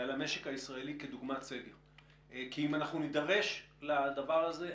ועל המשק הישראלי כדוגמת --- אם אנחנו נדרש לדבר הזה,